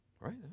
Right